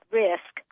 risk